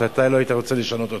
שאתה אולי היית רוצה לשנות אותו.